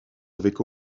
avec